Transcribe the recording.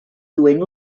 duen